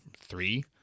three